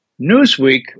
Newsweek